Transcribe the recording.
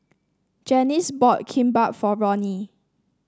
Janis bought Kimbap for Roni